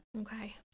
Okay